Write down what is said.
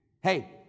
Hey